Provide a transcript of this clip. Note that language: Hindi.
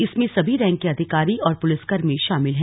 इसमें सभी रैंक के अधिकारी और पुलिसकर्मी शामिल हैं